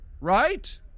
right